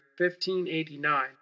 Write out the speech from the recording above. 1589